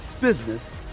business